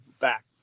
back